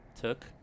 took